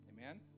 Amen